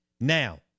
Now